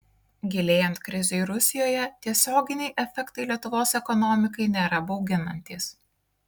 gilėjant krizei rusijoje tiesioginiai efektai lietuvos ekonomikai nėra bauginantys